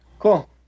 Cool